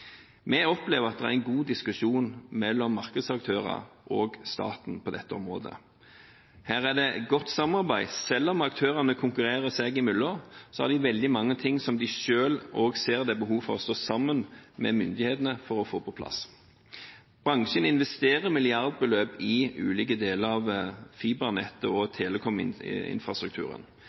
Vi opplever at det er en god diskusjon mellom markedsaktører og staten på dette området. Her er det godt samarbeid. Selv om aktørene konkurrerer seg imellom, har de veldig mange ting som de selv også ser det er behov for å stå sammen med myndighetene om for å få på plass. Bransjen investerer milliardbeløp i ulike deler av fibernettet og